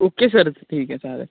okay sir स ठीक आहे चालेल